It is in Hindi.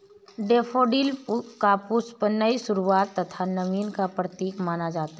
डेफोडिल का पुष्प नई शुरुआत तथा नवीन का प्रतीक माना जाता है